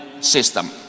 system